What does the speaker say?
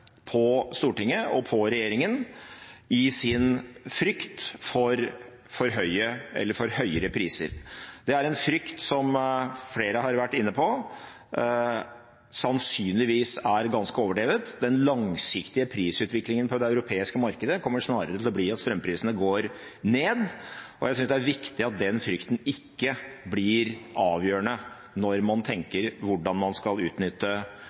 på Stortinget og på regjeringen i sin frykt for høyere priser. Det er en frykt, som flere har vært inne på, som sannsynligvis er ganske overdrevet. Den langsiktige prisutviklingen på det europeiske markedet kommer snarere til å bli at strømprisene går ned, og jeg synes det er viktig at den frykten ikke blir avgjørende når man tenker hvordan man skal